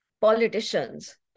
politicians